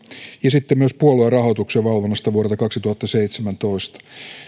ja sitten myös puoluerahoituksen valvonnasta vuodelta kaksituhattaseitsemäntoista